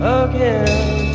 again